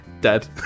dead